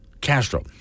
Castro